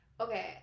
okay